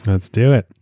let's do it.